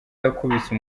yakubise